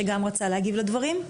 שגם רצה להגיב לדברים.